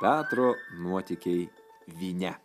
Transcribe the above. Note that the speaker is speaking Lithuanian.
petro nuotykiai vyne